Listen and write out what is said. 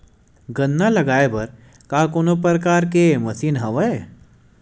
गन्ना लगाये बर का कोनो प्रकार के मशीन हवय?